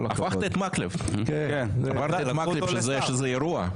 החלפת את מקלב, וזה אירוע.